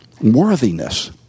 worthiness